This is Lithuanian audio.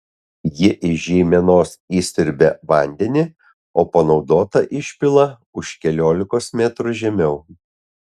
ji iš žeimenos įsiurbia vandenį o panaudotą išpila už keliolikos metrų žemiau